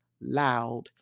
loud